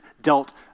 dealt